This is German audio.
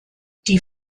die